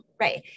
right